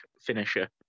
finisher